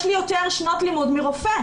יש לי יותר שנות לימוד מרופא.